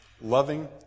Loving